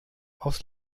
aus